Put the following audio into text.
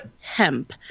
hemp